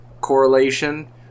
correlation